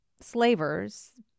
slavers